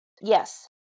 Yes